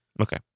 Okay